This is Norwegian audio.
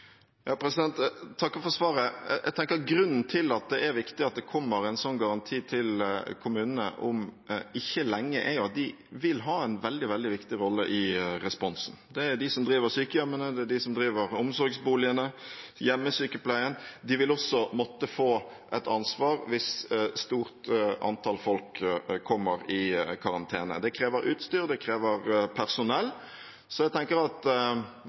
takker for svaret. Jeg tenker at grunnen til at det er viktig at det kommer en sånn garanti til kommunene om ikke lenge, er at kommunene vil ha en veldig, veldig viktig rolle i responsen. Det er de som driver sykehjemmene, det er de som driver omsorgsboligene og hjemmesykepleien. De vil også måtte få et ansvar hvis et stort antall folk kommer i karantene. Det krever utstyr, og det krever personell. Jeg tenker at